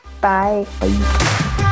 Bye